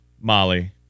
Molly